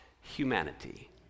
humanity